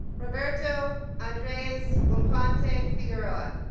roberto andres um aponte figueroa